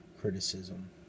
criticism